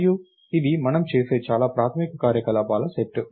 మరియు ఇది మనము చేసే చాలా ప్రాథమిక కార్యకలాపాల సెట్